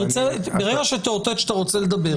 ברגע שתאותת שאתה רוצה לדבר,